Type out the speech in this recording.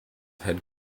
head